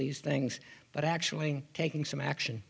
these things but actually taking some action